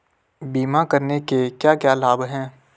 बीमा करने के क्या क्या लाभ हैं?